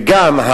וגם,